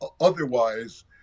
otherwise